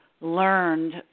learned